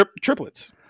Triplets